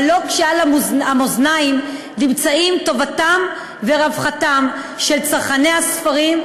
אבל לא כשעל המאזניים נמצאים טובתם ורווחתם של צרכני הספרים,